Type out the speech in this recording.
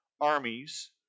armies